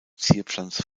zierpflanze